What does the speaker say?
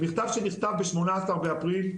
נכתב ב-18 באפריל,